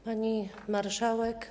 Pani Marszałek!